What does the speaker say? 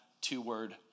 two-word